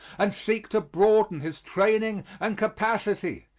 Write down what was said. and seek to broaden his training and capacity.